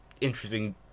interesting